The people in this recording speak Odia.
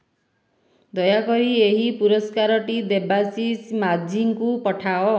ଦୟାକରି ଏହି ପୁରସ୍କାରଟି ଦେବାଶିଷ ମାଝୀଙ୍କୁ ପଠାଅ